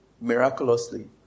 miraculously